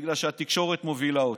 בגלל שהתקשורת מובילה אותו.